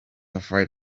afraid